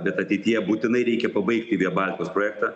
bet ateityje būtinai reikia pabaigti via baltikos projektą